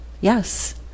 yes